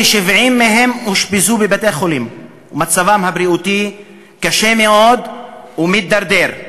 כ-70 מהם אושפזו בבתי-חולים ומצבם הבריאותי קשה מאוד ומידרדר.